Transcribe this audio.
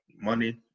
money